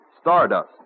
Stardust